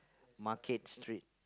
market street